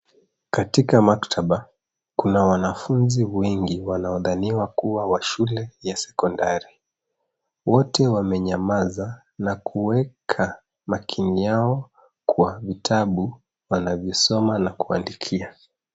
Katika maktaba, kuna wanafunzi wengi wanaodhaniwa kuwa wa shule ya sekondari . Wote wamenyamaza na kuweka makini yao kwa vitabu wanavyosoma na kuandikia.